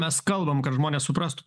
mes kalbam kad žmonės suprastų